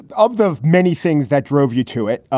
of the many things that drove you to it.